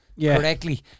correctly